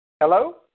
Hello